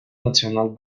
national